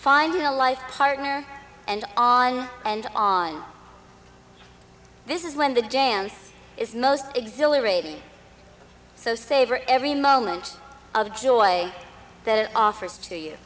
finding a life partner and on and on this is when the dance is most exhilarating so savor every moment of joy that offers to you